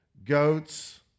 Goats